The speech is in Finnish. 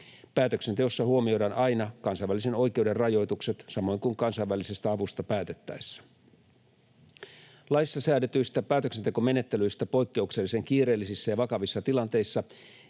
Päätöksenteossa huomioidaan aina kansainvälisen oikeuden rajoitukset samoin kuin kansainvälisestä avusta päätettäessä. Laissa säädetyistä päätöksentekomenettelyistä poikkeuksellisen kiireellisissä ja vakavissa tilanteissa